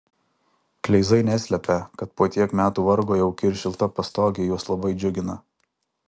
kleizai neslepia kad po tiek metų vargo jauki ir šilta pastogė juos labai džiugina